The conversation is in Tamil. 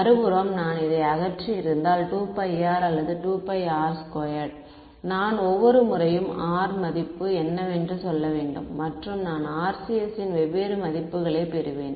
மறுபுறம் நான் இதை அகற்றியிருந்தால் 2πr அல்லது 2πr2 நான் ஒவ்வொரு முறையும் r மதிப்பு என்னவென்று சொல்ல வேண்டும் மற்றும் நான் RCS இன் வெவ்வேறு மதிப்புகளைப் பெறுவேன்